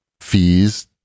fees